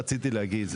רציתי להגיד,